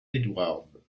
edward